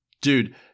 Dude